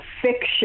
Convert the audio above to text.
Fiction